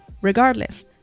Regardless